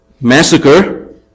massacre